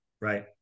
right